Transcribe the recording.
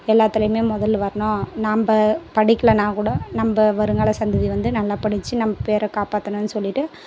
எல்லாத்துலையுமே முதலில் வரணும் நம்ப படிக்கலன்னா கூட நம்ப வருங்கால சந்ததி வந்து நல்லா படிச்சு நம்ப பேரை காப்பாற்றணுன்னு சொல்லிவிட்டு